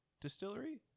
Distillery